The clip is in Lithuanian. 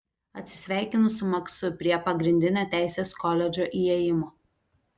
atsisveikinu su maksu prie pagrindinio teisės koledžo įėjimo